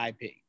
ip